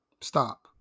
Stop